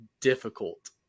difficult